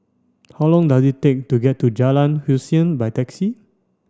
how long does it take to get to Jalan Hussein by taxi